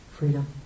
freedom